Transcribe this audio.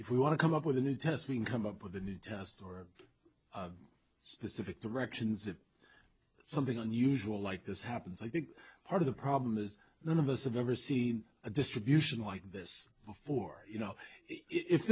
if we want to come up with a new testing come up with a new test or specific directions if something unusual like this happens i think part of the problem is none of us have ever seen a distribution like this before you know if